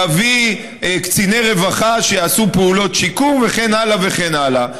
להביא קציני רווחה שיעשו פעולות שיקום וכן הלאה וכן הלאה.